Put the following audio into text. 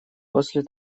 после